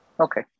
Okay